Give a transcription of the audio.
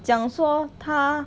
讲说他